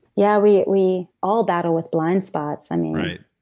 yeah, we we all battle with blind spots, and you